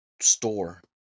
...store